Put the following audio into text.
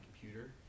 computer